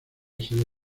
sede